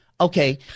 okay